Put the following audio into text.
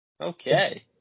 Okay